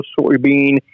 soybean